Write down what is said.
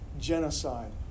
genocide